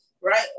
right